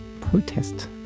protest